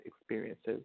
experiences